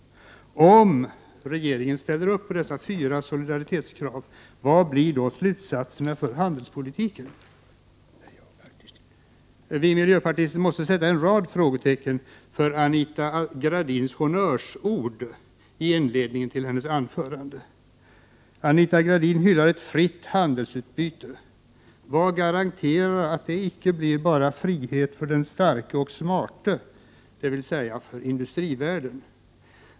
Om regeringen ställer sig bakom dessa fyra solidaritetskrav, vad blir då slutsatserna när det gäller handelspolitiken? Vi miljöpartister måste resa en rad frågetecken inför Anita Gradins honnörsord i inledningen till hennes anförande. Anita Gradin hyllar ett fritt handelsutbyte. Vad garanterar att det inte blir frihet enbart för den starke och smarte, dvs. för industrivärlden?